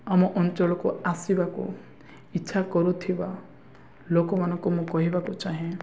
ଆମ ଅଞ୍ଚଳକୁ ଆସିବାକୁ ଇଚ୍ଛା କରୁଥିବା ଲୋକମାନଙ୍କୁ ମୁଁ କହିବାକୁ ଚାହେଁ